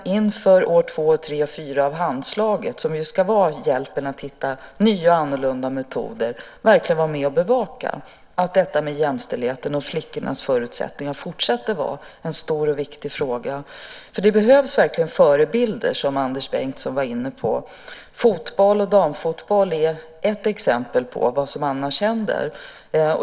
Inför år 2, 3 och 4 av Handslaget, som ska vara en hjälp att hitta nya och annorlunda metoder, ska vi vara med och bevaka att jämställdheten och flickornas förutsättningar fortsätter att vara en stor och viktig fråga. Det behövs verkligen förebilder, som Anders Bengtsson var inne på. Fotboll och damfotboll är ett exempel på vad som annars händer.